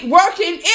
working